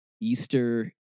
Easter